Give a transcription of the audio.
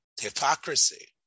hypocrisy